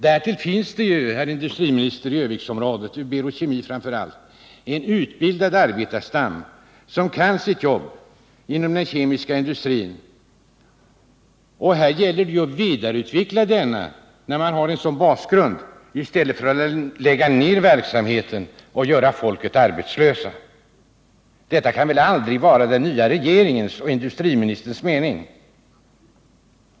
Därtill finns det, herr industriminister, i Örnsköldsviksområdet — vid Berol Kemi framför allt — en utbildad arbetarstam som kan sitt jobb inom den kemiska industrin, och det gäller ju att vidareutveckla denna kunskap och ha den som grund i stället för att lägga ner verksamheten och göra folk arbetslösa, Detta kan väl aldrig vara den nya regeringens och industriministerns mening?